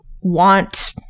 want